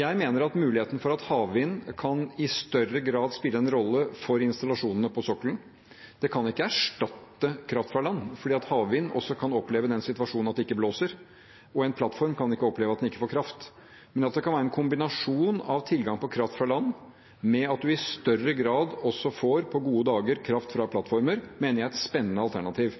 Jeg mener det er muligheter for at havvind i større grad kan spille en rolle for installasjonene på sokkelen. Det kan ikke erstatte kraft fra land fordi vi også kan oppleve den situasjonen med havvind at det ikke blåser, og en plattform kan ikke oppleve at den ikke få kraft. Men at det kan være en kombinasjon av tilgang på kraft fra land med at vi i større grad også, på gode dager, får kraft fra havvind til plattformer, mener jeg er et spennende alternativ.